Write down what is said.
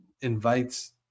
invites